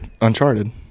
Uncharted